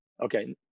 okay